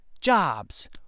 jobs